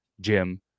Jim